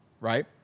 right